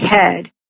head